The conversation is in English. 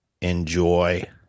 enjoy